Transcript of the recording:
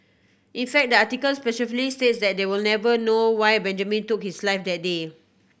in fact the article specifically states that we will never know why Benjamin took his life that day